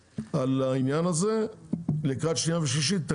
בעניין הזה לקראת קריאה שנייה ושלישית,